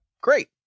Great